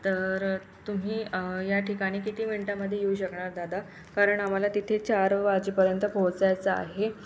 तर तुम्ही या ठिकाणी किती मिंटामधे येऊ शकणार दादा कारण आम्हाला तिथे चार वाजेपर्यंत पोहोचायचं आहे